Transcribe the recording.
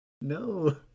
No